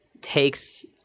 takes